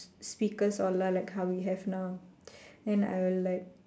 speakers all lah like how we have now then I will like